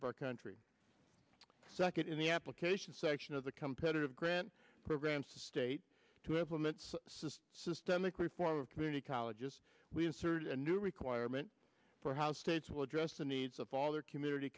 of our country second in the application section of the competitive grant program state to have limits says systemic reform of community colleges we answer a new requirement for how states will address the needs of all their community